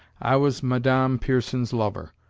i was madame pierson's lover.